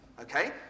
Okay